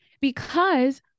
because-